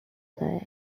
player